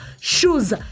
shoes